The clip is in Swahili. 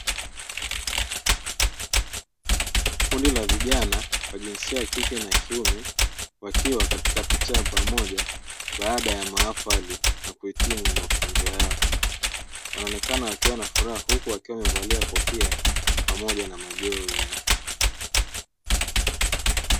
Kundi la vijana wa jinsia ya kike na kiume wakiwa katika picha ya pamoja baada ya maafali ya kuhitimu mafunzo yao, wanaonekana wakiwa na furaha huku wakiwa wamevalia kofia pamoja na majoho yao.